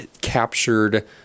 captured